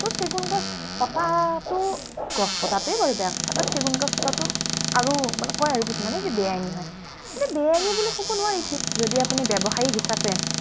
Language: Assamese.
তো চেগুন গছ কটাতো গছ কটাতোৱেই বাৰু বেয়া কথা বাত চেগুন গছ কটাতো আৰু মানে কয় আৰু কিছুমানে বে আইনি হয় কিন্তু বে আইনি বুলি ক'ব নোৱাৰি ঠিক যদি আপুনি ব্যৱসায়িক হিচাপে